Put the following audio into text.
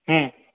હમ